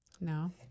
No